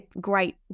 great